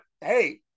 hey